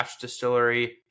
Distillery